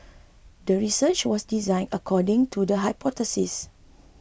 the research was designed according to the hypothesis